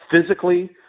physically